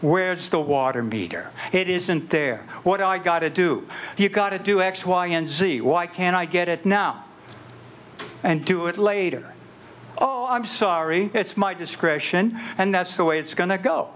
where's the water meter it isn't there what i gotta do you've got to do x y and z why can't i get it now and do it later oh i'm sorry it's my discretion and that's the way it's going to go